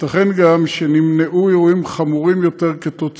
ייתכן גם שנמנעו אירועים חמורים יותר עקב